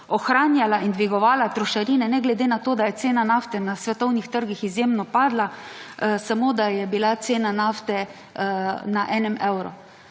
ohranjala in dvigovala trošarine ne glede na to, da je cena nafte na svetovnih trgih izjemno padla, samo da je bila cena nafte na enem evru.